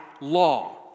law